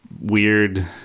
weird